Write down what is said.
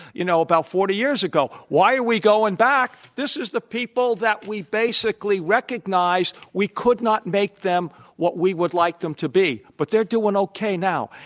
you know, about forty years ago. why are we going back? this is the people that we basically recognized we could not make them what we would like them to be. but they're doing okay now.